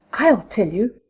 i'll tell you,